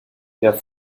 der